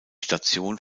station